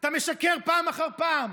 אתה משקר פעם אחר פעם.